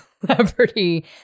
celebrity